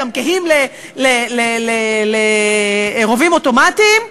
גם קהים לרובים אוטומטיים,